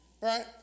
Right